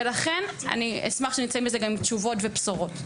ולכן אני אשמח שנמצא מזה גם עם תשובות ובשורות.